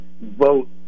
vote